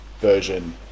version